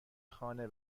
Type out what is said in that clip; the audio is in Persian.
خانه